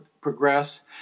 progress